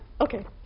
Okay